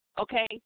Okay